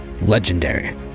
legendary